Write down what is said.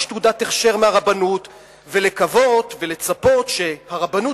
תעודת הכשר מהרבנות ולקוות ולצפות שהרבנות,